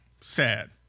sad